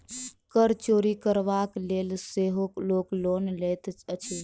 कर चोरि करबाक लेल सेहो लोक लोन लैत अछि